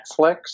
Netflix